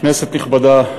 כנסת נכבדה,